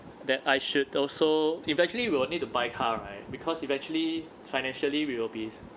that I should also eventually you will need to buy car right because eventually financially we will be